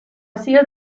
sido